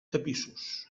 tapissos